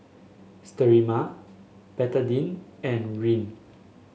Sterimar Betadine and Rene